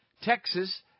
Texas